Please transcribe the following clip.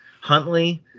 Huntley